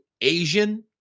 Asian